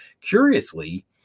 Curiously